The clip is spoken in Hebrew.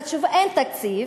אין תקציב,